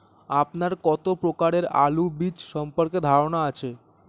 আপনার কত প্রকারের আলু বীজ সম্পর্কে ধারনা আছে?